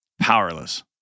Powerless